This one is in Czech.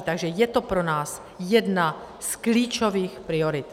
Takže je to pro nás jedna z klíčových priorit.